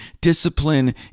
discipline